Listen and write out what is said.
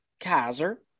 Kaiser